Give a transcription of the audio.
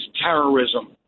terrorism